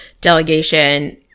delegation